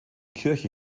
kirche